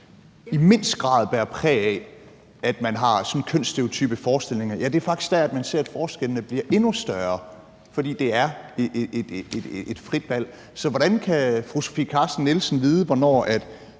i mindst grad bærer præg af, at man har kønsstereotype forestillinger, at man ser, at forskellene bliver endnu større, fordi folk har et frit valg. Hvordan kan fru Sofie Carsten Nielsen vide, hvornår en